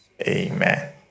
Amen